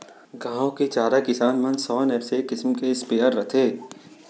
गॉँव के जादा किसान मन सो नैपसेक किसम के स्पेयर रथे